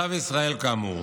תושב ישראל כאמור